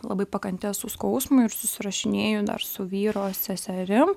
labai pakanti esu skausmui ir susirašinėju dar su vyro seserim